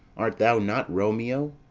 art thou not romeo,